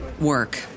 work